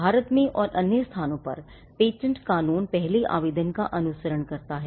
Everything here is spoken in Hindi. भारत में और अन्य स्थानों पर पेटेंट कानून पहले आवेदन का अनुसरण करता है